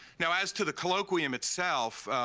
now, as to the colloquium itself,